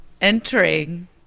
Entering